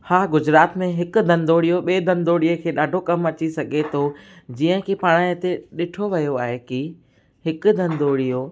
हा गुजरात में हिकु धंधोड़ियो ॿिए धंधोड़ियो खे ॾाढो कमु अची सघे थो जीअं की पाण हिते ॾिठो वियो आहे की हिकु धंधोड़ियो